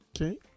Okay